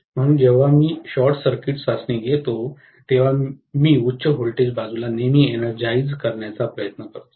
म्हणून जेव्हा मी शॉर्ट सर्किट चाचणी घेतो तेव्हा मी उच्च व्होल्टेज बाजूला नेहमीच एनरजाईजं करण्याचा प्रयत्न करतो